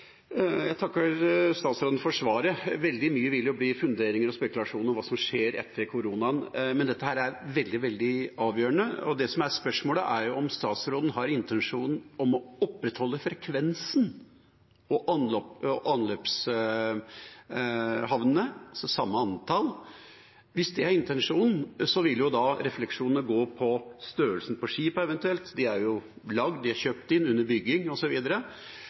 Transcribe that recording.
Jeg takker statsråden for svaret. Veldig mye vil jo bli funderinger og spekulasjoner rundt hva som skjer etter koronaen, men dette er veldig, veldig avgjørende. Det som er spørsmålet, er jo om statsråden har en intensjon om å opprettholde frekvensen og anløpshavnene, altså samme antall. Hvis det er intensjonen, vil jo refleksjonene eventuelt gå på størrelsen på skipene – de er jo laget, de er kjøpt inn, de er under bygging,